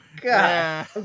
God